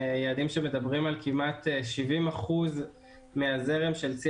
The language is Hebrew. יעדים שמדברים על כמעט 70% מהזרם של צי